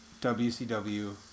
WCW